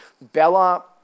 Bella